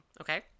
Okay